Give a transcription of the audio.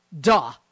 Duh